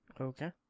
Okay